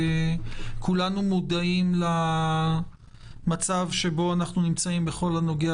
כולנו מודעים למצב שבו אנחנו נמצאים בכל הנוגע